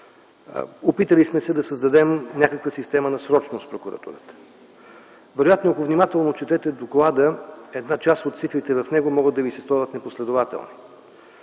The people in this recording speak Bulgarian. Опитали сме се да създадем някаква система на срочност в Прокуратурата. Ако внимателно четете доклада, една част от цифрите в него могат да ви се сторят непоследователни,